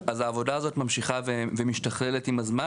העבודה הזאת ממשיכה ומשתכללת עם הזמן,